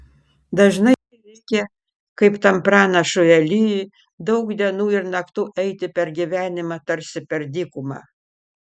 dažnai reikia kaip tam pranašui elijui daug dienų ir naktų eiti per gyvenimą tarsi per dykumą